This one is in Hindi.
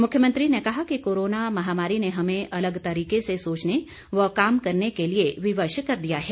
मुख्यमंत्री ने कहा कि कोरोना महामारी ने हमें अलग तरीके से सोचने व काम करने के लिए विवश कर दिया है